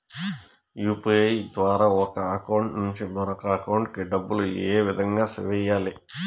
UPI ద్వారా ఒక account నుంచి మరొక అకౌంట్ కి డబ్బులు ఏ విధంగా వెయ్యాలి